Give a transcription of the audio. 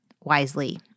wisely